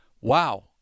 wow